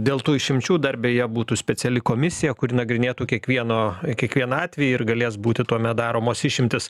dėl tų išimčių dar beje būtų speciali komisija kuri nagrinėtų kiekvieno kiekvieną atvejį ir galės būti tuomet daromos išimtys